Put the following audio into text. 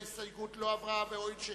ולכן ההסתייגות לא מתקבלת.